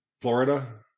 Florida